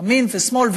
ימין ושמאל,